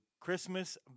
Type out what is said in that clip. Christmas